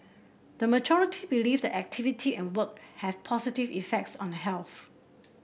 the majority believe that activity and work have positive effects on health